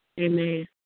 Amen